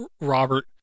Robert